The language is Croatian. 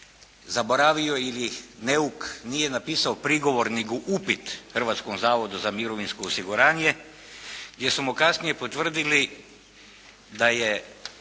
zaboravio ili neuk nije napisao prigovor nego upit Hrvatskom zavodu za mirovinsko osiguranje gdje su mu kasnije potvrdili da je